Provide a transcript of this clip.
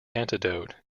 antidote